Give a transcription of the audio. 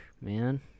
man